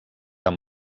amb